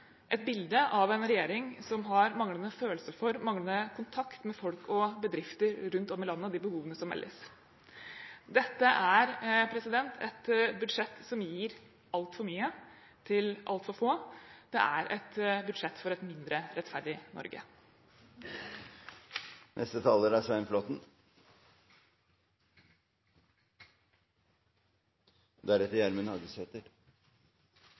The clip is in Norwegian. et bilde av en regjering som har manglende følelse for og manglende kontakt med folk og bedrifter rundt om i landet og de behovene som meldes. Dette er et budsjett som gir altfor mye til altfor få. Det er et budsjett for et mindre rettferdig Norge.